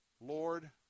Lord